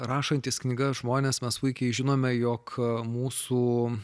rašantis knygas žmones mes puikiai žinome jog mūsų